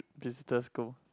visitors go